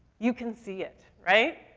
you can see it, right?